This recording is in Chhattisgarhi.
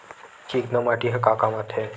चिकना माटी ह का काम आथे?